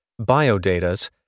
biodatas